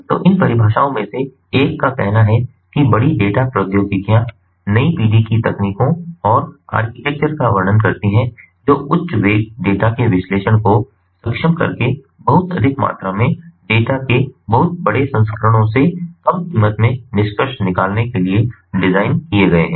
तो इन परिभाषाओं में से एक का कहना है कि बिग डेटा प्रौद्योगिकियां नई पीढ़ी की तकनीकों और आर्किटेक्चर का वर्णन करती हैं जो उच्च वेग डेटा के विश्लेषण को सक्षम करके बहुत अधिक मात्रा में डेटा के बहुत बड़े संस्करणों से कम कीमत में निष्कर्ष निकालने के लिए डिज़ाइन किए गए हैं